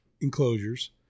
enclosures